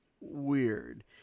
weird